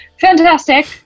fantastic